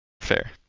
Fair